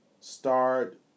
start